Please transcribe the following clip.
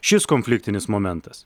šis konfliktinis momentas